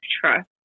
trust